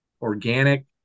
organic